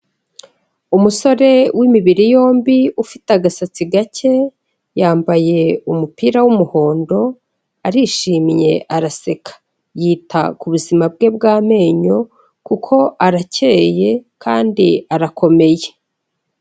Umusore w'imibiri yombi ufite agasatsi gake yambaye umupira w'umuhondo arishimye araseka, yita ku buzima bwe bw'amenyo kuko arakeye kandi arakomeye.